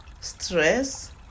stress